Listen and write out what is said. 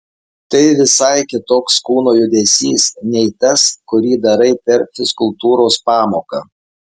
tai visai kitoks kūno judesys nei tas kurį darai per fizkultūros pamoką